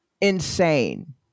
insane